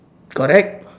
correct